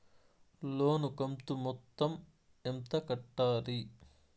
లోను కంతు మొత్తం ఎంత కట్టాలి?